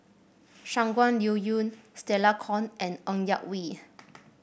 Shangguan Liuyun Stella Kon and Ng Yak Whee